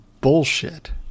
bullshit